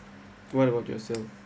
what about yourself